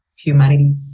humanity